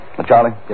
Charlie